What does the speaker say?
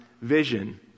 vision